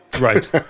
Right